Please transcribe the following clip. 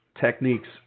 techniques